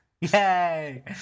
Yay